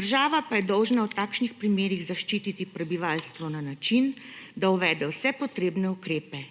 Država pa je dolžna v takšnih primerih zaščititi prebivalstvo na način, da uvede vse potrebne ukrepe.